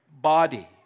body